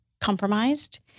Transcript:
compromised